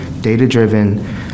data-driven